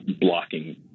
blocking